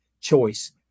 choice